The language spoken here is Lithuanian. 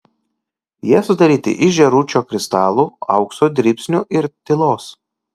jie sudaryti iš žėručio kristalų aukso dribsnių ir tylos